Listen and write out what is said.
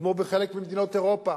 כמו בחלק ממדינות אירופה,